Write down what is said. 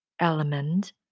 element